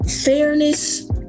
fairness